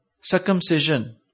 circumcision